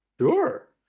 Sure